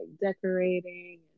decorating